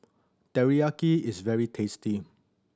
teriyaki is very tasty